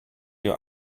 your